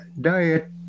diet